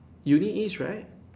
you need its right